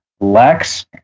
Lex